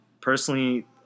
personally